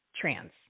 trans